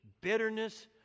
bitterness